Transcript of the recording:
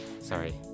sorry